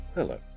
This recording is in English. Hello